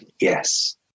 yes